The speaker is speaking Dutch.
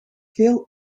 veel